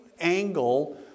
angle